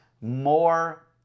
more